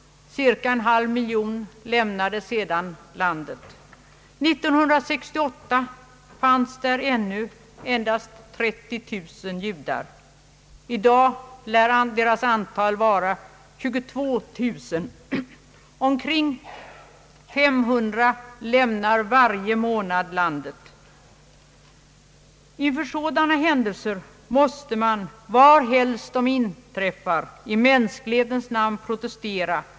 Cirka en halv miljon lämnade sedan landet. 1968 fanns där ännu 30 000 judar. I dag lär deras antal vara endast 22 000. Omkring 500 lämnar varje månad landet. Inför sådana händelser måste man, var helst de inträffar, i mänsklighetens namn protestera.